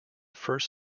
first